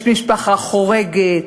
יש "משפחה חורגת",